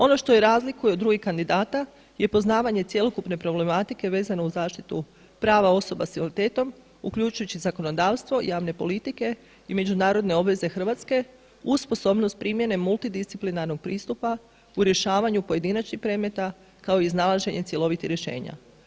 Ono što je razlikuje od drugih kandidata je poznavanje cjelokupne problematike vezano uz zaštitu prava osoba s invaliditetom uključujući zakonodavstvo, javne politike i međunarodne obveze Hrvatske uz sposobnost primjene multidisciplinarnog pristupa u rješavanju pojedinačnih predmeta kao i iznalaženja cjelovitih rješenja.